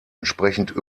entsprechend